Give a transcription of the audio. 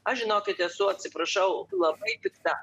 aš žinokit esu atsiprašau labai pikta